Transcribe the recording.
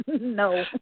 no